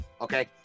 okay